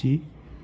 جھی